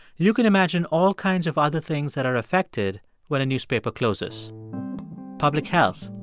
you can imagine all kinds of other things that are affected when a newspaper closes public health,